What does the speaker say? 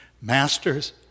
Masters